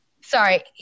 Sorry